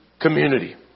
community